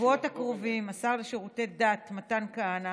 בשבועות הקרובים השר לשירותי דת מתן כהנא